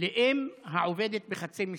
לאם העובדת בחצי משרה?